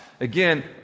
Again